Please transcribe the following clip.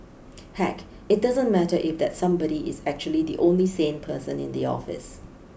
heck it doesn't matter if that somebody is actually the only sane person in the office